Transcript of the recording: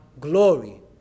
glory